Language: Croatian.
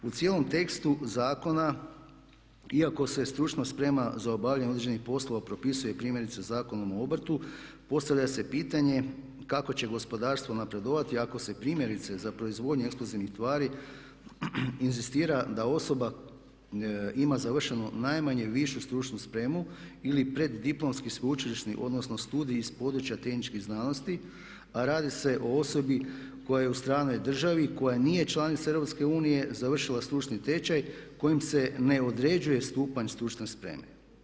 U cijelom tekstu zakona, iako se stručna sprema za obavljanje određenih poslova propisuje primjerice Zakonom o obrtu postavlja se pitanje kako će gospodarstvo napredovati ako se primjerice za proizvodnju eksplozivnih tvari inzistira da osoba ima završenu najmanje višu stručnu spremu ili preddiplomski sveučilišni, odnosno studij iz područja tehničkih znanosti, a radi se o osobi koja je u stranoj državi i koja nije članica EU završila stručni tečaj kojim se ne određuje stupanj stručne spreme.